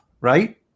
right